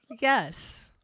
Yes